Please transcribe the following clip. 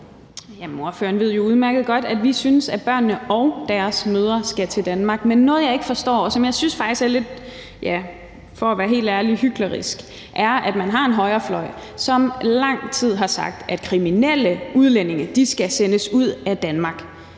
Jamen ordføreren ved jo udmærket godt, at vi synes, at børnene og deres mødre skal til Danmark, men noget, jeg ikke forstår, og som jeg faktisk synes er lidt – ja, for at være helt ærlig – hyklerisk, er, at man har en højrefløj, som i lang tid har sagt, at kriminelle udlændinge skal sendes ud af Danmark.